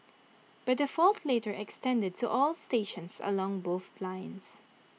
but the fault later extended to all stations along both lines